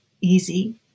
easy